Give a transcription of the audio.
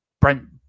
Brent